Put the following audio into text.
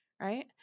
right